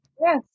Yes